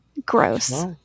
Gross